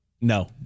No